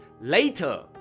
later